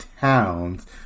Towns